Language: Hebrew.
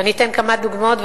ואני אתן כמה דוגמאות,